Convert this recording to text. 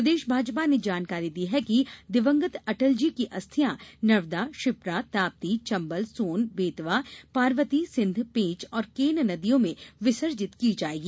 प्रदेश भाजपा ने जानकारी दी है कि दिवंगत अटल जी की अस्थियां नर्मदा क्षिप्रा ताप्ती चम्बल सोन बेतवा पार्वती सिंघ पेंच और केन नदियों में विसर्जित की जायेंगी